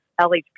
LHP